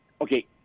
Okay